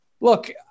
look